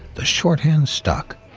the shorthand stuck.